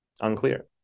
Unclear